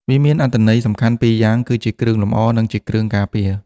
វាមានអត្ថន័យសំខាន់ពីរយ៉ាង គឺ ជាគ្រឿងលម្អ និង ជាគ្រឿងការពារ។